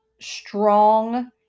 strong